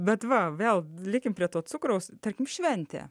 bet va vėl likim prie to cukraus tarkim šventė